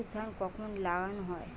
আউশ ধান কখন লাগানো হয়?